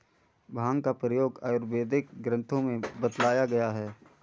भाँग का प्रयोग आयुर्वेदिक ग्रन्थों में बतलाया गया है